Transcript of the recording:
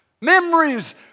Memories